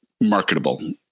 marketable